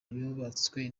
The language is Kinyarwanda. yubatswe